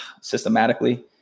systematically